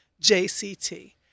JCT